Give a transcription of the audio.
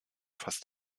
fast